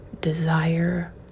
desire